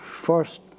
first